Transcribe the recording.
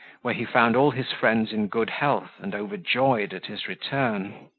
where he found all his friends in good health, and overjoyed at his return.